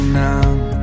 now